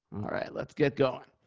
let's get going.